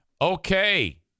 Okay